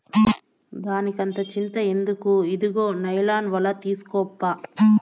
దానికంత చింత ఎందుకు, ఇదుగో నైలాన్ ఒల తీస్కోప్పా